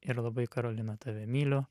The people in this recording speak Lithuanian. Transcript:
ir labai karolina tave myliu